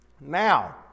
Now